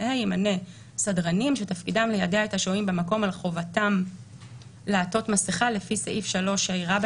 מינוי סדרנים לשם שמירה על חובת עטיית מסיכה ברחבת